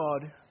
God